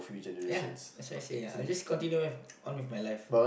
ya that's what I said ya I will just continue with on with my life